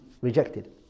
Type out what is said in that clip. rejected